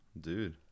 dude